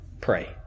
pray